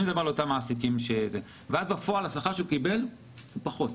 אני מדבר על אותם מעסיקים שלא ואז בפועל השכר שהוא קיבל הוא פחות.